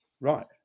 Right